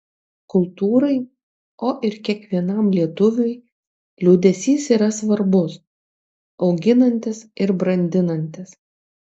kultūrai o ir kiekvienam lietuviui liūdesys yra svarbus auginantis ir brandinantis